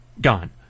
gone